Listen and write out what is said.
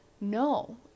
no